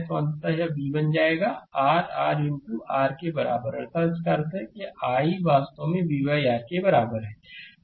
तो अंततः यह v बन जाएगा r r इनटू r के बराबर है अर्थात इसका अर्थ यह है कि i यह वास्तव में v R के बराबर है